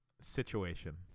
Situation